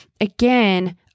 again